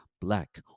Black